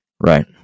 Right